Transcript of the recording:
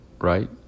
right